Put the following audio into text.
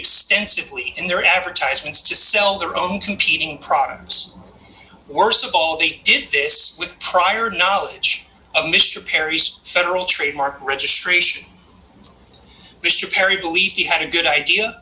extensively in their advertisements to sell their own competing products worst of all they did this with prior knowledge of mr perry's federal trademark registration mr perry believe he had a good idea